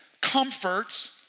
comfort